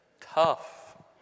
...tough